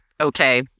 Okay